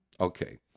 Okay